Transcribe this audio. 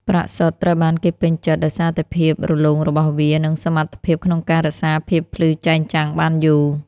ប្រាក់សុទ្ធ ត្រូវបានគេពេញចិត្តដោយសារតែភាពរលោងរបស់វា និងសមត្ថភាពក្នុងការរក្សាភាពភ្លឺចែងចាំងបានយូរ។